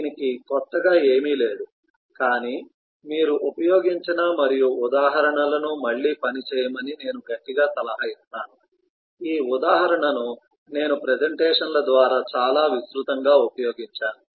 దీనికి క్రొత్తగా ఏమీ లేదు కాని మీరు ఉపయోగించిన మరియు ఉదాహరణలను మళ్ళీ పని చేయమని నేను గట్టిగా సలహా ఇస్తాను ఈ ఉదాహరణ ను నేను ప్రెజెంటేషన్ల ద్వారా చాలా విస్తృతంగా ఉపయోగించాను